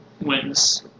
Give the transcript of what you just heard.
wins